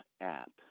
app